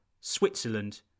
Switzerland